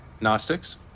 Gnostics